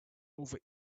over